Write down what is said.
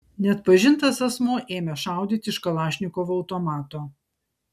neatpažintas asmuo ėmė šaudyti iš kalašnikovo automato